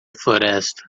floresta